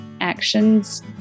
actions